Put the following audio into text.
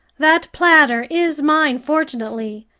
that platter is mine fortunately,